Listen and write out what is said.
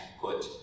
put